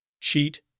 cheat